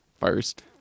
First